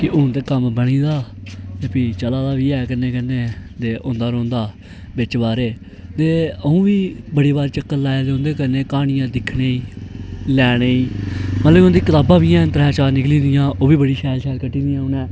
केह् हून ते कम्म बनी गेदा ते अज्ज फ्ही चला दा बी एह् कन्नै कन्नै ते औंदा रौहंदा बिच बारे दे अऊं बी बड़ी बार चक्कर लाया उंदे कन्नै क्हानियां दिक्खने गी लेने गी मतलब कि उंदी कताबां बी हैन त्रै चार निकली दियां ओह् बी बड़ी शैल शैल कड्ढी दियां उनें